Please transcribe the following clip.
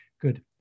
good